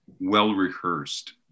well-rehearsed